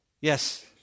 yes